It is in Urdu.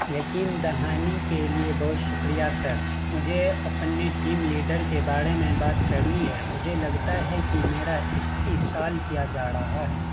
یقین دہانی کے لیے بہت شکریہ سر مجھے اپنے ٹیم لیڈر کے بارے میں بات کرنی ہے مجھے لگتا ہے کہ میرا استحصال کیا جا رہا ہے